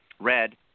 Red